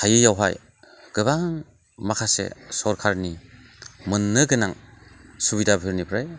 थायियावहाय गोबां माखासे सरखारनि मोननो गोनां सुबिदाफोरनिफ्राय